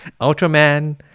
Ultraman